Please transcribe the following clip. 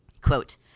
quote